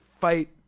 fight